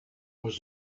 was